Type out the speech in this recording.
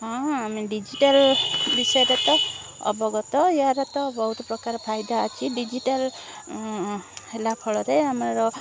ହଁ ଆମେ ଡିଜିଟାଲ୍ ବିଷୟରେ ତ ଅବଗତ ୟାର ତ ବହୁତ ପ୍ରକାର ଫାଇଦା ଅଛି ଡିଜିଟାଲ୍ ହେଲା ଫଳରେ ଆମର